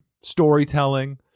storytelling